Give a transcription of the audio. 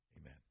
Amen